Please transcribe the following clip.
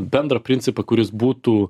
bendrą principą kuris būtų